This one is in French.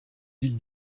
ville